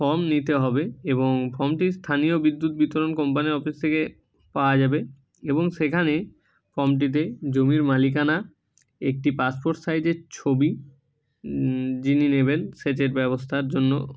form নিতে হবে এবং ফর্মটি স্থানীয় বিদ্যুৎ বিতরণ কোম্পানির অফিস থেকে পাওয়া যাবে এবং সেখানে ফর্মটিতে জমির মালিকানা একটি পাসপোর্ট সাইজের ছবি যিনি নেবেন সেচের ব্যবস্থার জন্য